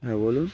হ্যাঁ বলুন